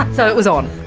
so it was on.